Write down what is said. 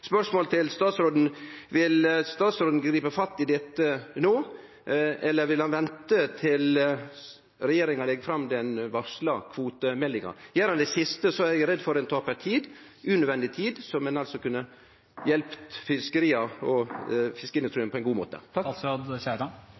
til statsråden: Vil statsråden gripe fatt i dette no, eller vil han vente til regjeringa legg fram den varsla kvotemeldinga? Gjer han det siste, er eg redd for at ein taper unødvendig tid, som ein altså kunne brukt til å hjelpe fiskeria og fiskeindustrien på ein god måte.